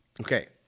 Okay